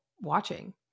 watching